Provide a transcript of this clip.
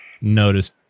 notice